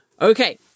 Okay